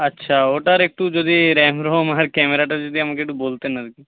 আচ্ছা ওটার একটু যদি র্যাম রম আর ক্যামেরাটা যদি আমাকে বলতেন আর কি